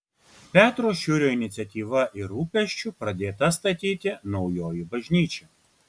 petro šiurio iniciatyva ir rūpesčiu pradėta statyti naujoji bažnyčia